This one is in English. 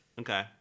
Okay